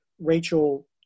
Rachel